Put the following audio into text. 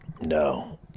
No